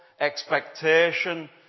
expectation